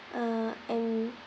uh and